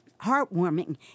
heartwarming